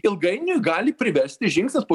ilgainiui gali privesti žingsnis po